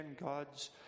God's